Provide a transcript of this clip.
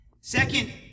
Second